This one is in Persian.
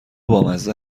بامزه